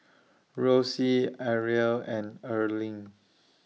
Rosie Arielle and Erling